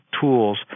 tools